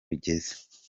bigeze